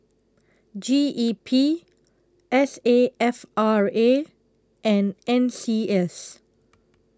G E P S A F R A and N C S